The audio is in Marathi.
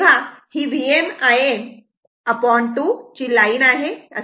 तेव्हा ही Vm Im2 ची लाईन आहे